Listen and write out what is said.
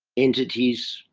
entities,